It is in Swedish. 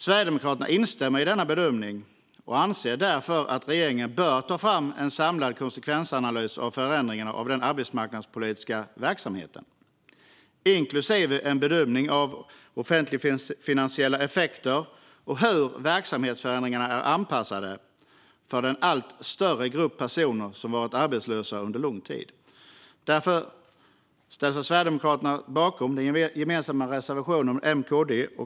Sverigedemokraterna instämmer i denna bedömning och anser därför att regeringen bör ta fram en samlad konsekvensanalys av förändringarna av den arbetsmarknadspolitiska verksamheten, inklusive en bedömning av offentligfinansiella effekter och hur verksamhetsförändringarna är anpassade för den allt större grupp personer som har varit arbetslösa under lång tid. Därför ställer vi från Sverigedemokraterna oss bakom den reservation vi har tillsammans med M och KD.